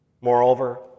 Moreover